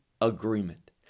agreement